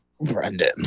Brendan